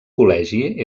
col·legi